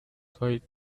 kite